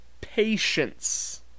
patience